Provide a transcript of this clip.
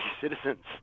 citizens